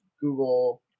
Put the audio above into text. Google